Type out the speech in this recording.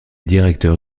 directeur